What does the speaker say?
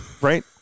Right